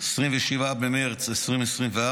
27 במרץ 2024,